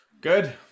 Good